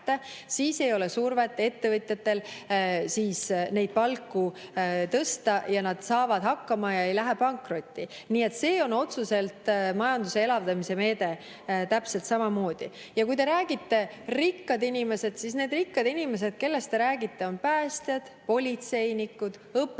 ja ei ole ettevõtjatel survet palku tõsta, nad saavad hakkama ja ei lähe pankrotti. Nii et see on otseselt majanduse elavdamise meede täpselt samamoodi. Ja kui te räägite rikastest inimestest, siis need rikkad inimesed on päästjad, politseinikud, õpetajad,